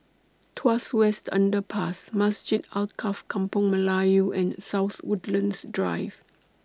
Tuas West Underpass Masjid Alkaff Kampung Melayu and South Woodlands Drive